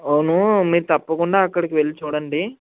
అవునూ మీరు తప్పకుండా అక్కడికి వెళ్ళి చూడండి